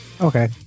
Okay